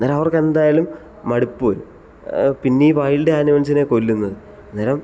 അന്നേരം അവർക്കെന്തായാലും മടുപ്പ് വരും പിന്നെ ഈ വൈൽഡ് അനിമൽസിനെ കൊല്ലുന്നത്